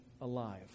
alive